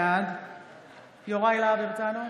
בעד יוראי להב הרצנו,